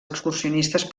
excursionistes